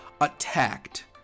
attacked